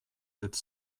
sept